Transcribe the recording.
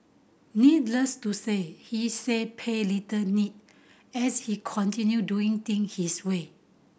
needless to say he say paid little need as he continue doing thing his way